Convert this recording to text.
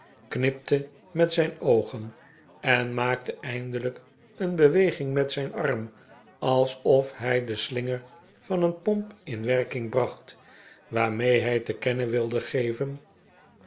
knipte met zijn oogen en maakte eindelijk een beweging met zijn arm alsof hij den slinger van een pomp in werking bracht waarmee hij te kennen wilde geven